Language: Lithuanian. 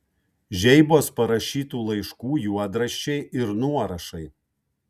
žeibos parašytų laiškų juodraščiai ir nuorašai